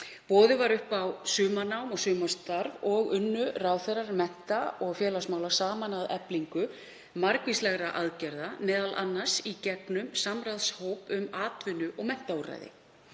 Boðið var upp á sumarnám og sumarstarf og unnu ráðherrar mennta- og félagsmála saman að eflingu margvíslegra aðgerða, m.a. í gegnum samráðshóp um atvinnu- og menntaúrræði.